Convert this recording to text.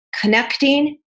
connecting